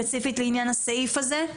כן, ספציפית לסעיף הזה.